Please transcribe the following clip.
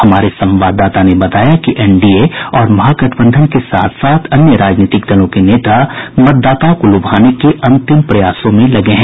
हमारे संवाददाता ने बताया कि एनडीए और महागठबंधन के साथ साथ अन्य राजनीतिक दलों के नेता मतदाताओं को लुभाने के अंतिम प्रयासों में लगे हैं